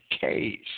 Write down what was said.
case